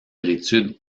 l’étude